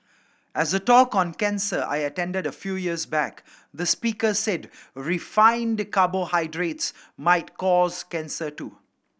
as a talk on cancer I attended a few years back the speaker said refined carbohydrates might cause cancer too